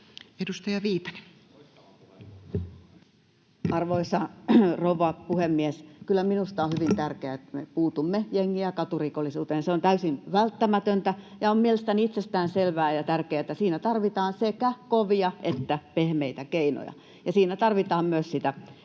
Edustaja Viitanen. Arvoisa rouva puhemies! Kyllä minusta on hyvin tärkeää, että me puutumme jengi- ja katurikollisuuteen. Se on täysin välttämätöntä, ja on mielestäni itsestäänselvää ja tärkeätä, että siinä tarvitaan sekä kovia että pehmeitä keinoja, ja siinä tarvitaan myös sitä